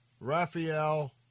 Raphael